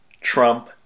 Trump